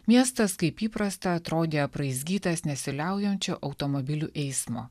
miestas kaip įprasta atrodė apraizgytas nesiliaujančio automobilių eismo